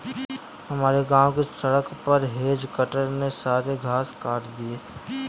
हमारे गांव की सड़क पर हेज कटर ने सारे घास काट दिए हैं